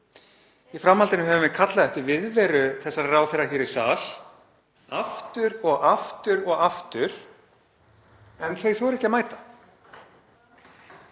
Í framhaldinu höfum við kallað eftir viðveru þessara ráðherra hér í sal aftur og aftur og aftur, en þau þora ekki að mæta.